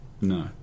No